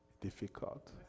difficult